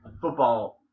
Football